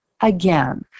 again